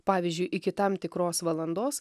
pavyzdžiui iki tam tikros valandos